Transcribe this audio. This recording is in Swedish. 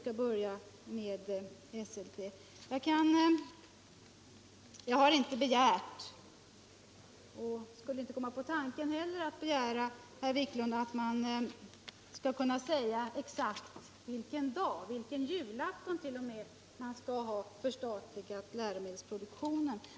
Jag har inte begärt och skulle, herr Wiklund, inte komma på tanken att begära att få besked om exakt vilken dag — vilken julafton t.o.m. - som läromedelsproduktionen skall förstatligas.